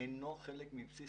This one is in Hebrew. אינו חלק מבסיס